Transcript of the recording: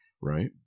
right